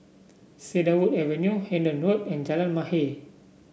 Cedarwood Avenue Hendon Road and Jalan Mahir